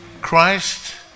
Christ